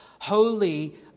holy